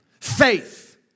Faith